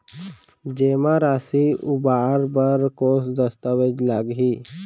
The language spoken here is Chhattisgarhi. जेमा राशि उबार बर कोस दस्तावेज़ लागही?